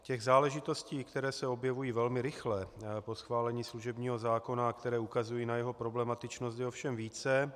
Těch záležitostí, které se objevují velmi rychle po schválení služebního zákona a které ukazují na jeho problematičnost, je ovšem více.